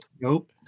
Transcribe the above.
Nope